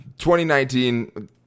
2019